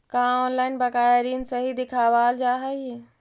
का ऑनलाइन बकाया ऋण सही दिखावाल जा हई